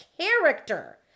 character